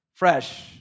fresh